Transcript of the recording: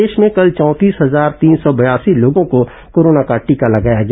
प्रदेश में कल चौंतीस हजार तीन सौ बयासी लोगों को कोरोना का टीका लगाया गया